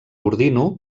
ordino